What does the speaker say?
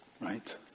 right